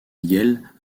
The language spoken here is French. yale